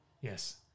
Yes